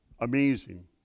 Amazing